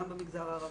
גם במגזר הערבי,